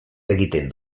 egiten